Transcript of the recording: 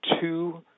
two